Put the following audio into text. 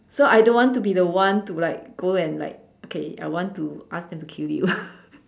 so I don't want to be the one to like go and like okay I want to ask and kill you